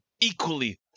equally